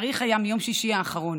התאריך היה מיום שישי האחרון,